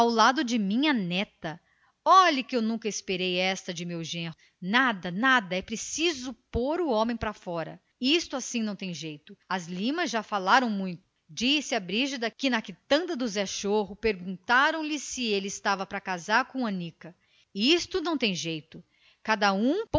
lado de minha neta também nunca esperei esta de meu genro é preciso pôr o homem pra fora isto não tem jeito as limas já falaram muito disse a brígida que na quitanda do zé xorro lhe perguntaram se era certo que ele estava para casar com anica ora isto não se atura cada um